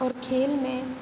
और खेल में